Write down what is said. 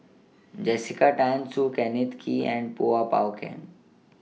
Jessica Tan Soon Kenneth Kee and Kuo Pao Kun